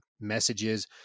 messages